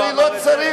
הרי לא צריך.